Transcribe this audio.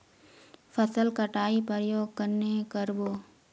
फसल कटाई प्रयोग कन्हे कर बो?